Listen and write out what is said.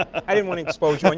i didn't want to i mean